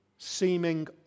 seeming